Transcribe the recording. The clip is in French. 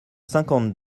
cinquante